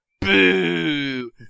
boo